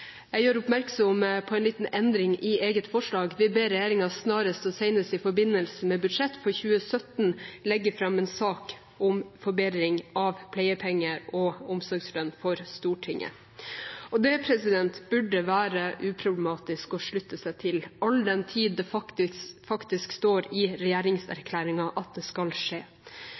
Jeg gjør oppmerksom på en liten endring i eget forslag. Vi ber regjeringen snarest og senest i forbindelse med budsjettet for 2017 legge fram en sak om forbedring av pleiepenger og omsorgslønn for Stortinget. Det burde være uproblematisk å slutte seg til all den tid det faktisk står i regjeringserklæringen at det skal skje.